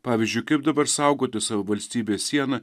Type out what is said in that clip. pavyzdžiui kaip dabar saugoti savo valstybės sieną